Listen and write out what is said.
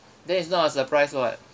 that is not a surprise [what]